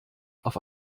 auf